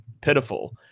pitiful